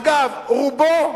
אגב, רובו